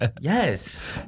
Yes